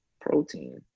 protein